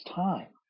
time